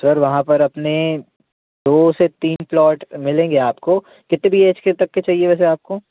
sir वहाँ पर अपने दो से तीन प्लॉट मिलेंगे आपको कितने बी एच के तक के चहिए वैसे आपको